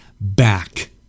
back